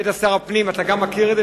היית שר הפנים ואתה מכיר את זה,